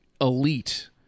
elite